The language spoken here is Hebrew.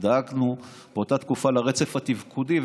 באותה תקופה דאגנו יותר לרצף התפקודי,